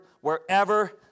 wherever